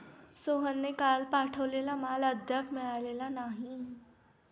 सोहनने काल पाठवलेला माल अद्याप मिळालेला नाही